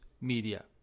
media